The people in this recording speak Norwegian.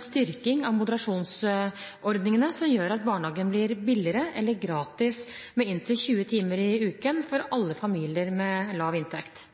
styrking av moderasjonsordningene som gjør at barnehage blir billigere eller gratis med inntil 20 timer i uken for alle familier med lav inntekt.